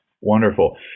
Wonderful